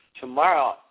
tomorrow